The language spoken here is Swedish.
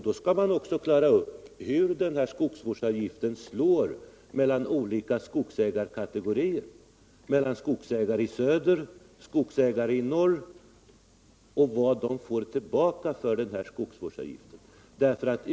Då skall vi också klara upp hur olika skogsvårdsavgiften slår mellan olika skogsägarkategorier — mellan skogsägare i söder och skogsägare i norr — och vad de får tillbaka för skogsvårdsavgiften.